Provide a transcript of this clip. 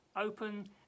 open